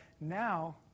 now